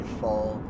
fall